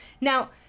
Now